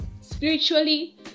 spiritually